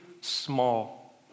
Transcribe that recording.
small